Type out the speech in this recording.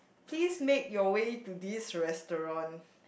please make your way to this restaurant